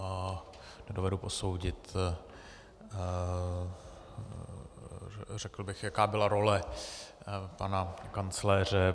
Nedovedu posoudit, řekl bych, jaká byla role pana kancléře.